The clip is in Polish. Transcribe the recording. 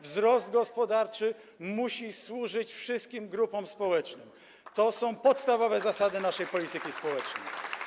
Wzrost gospodarczy musi służyć wszystkim grupom społecznym, to są podstawowe zasady naszej polityki społecznej.